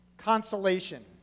Consolation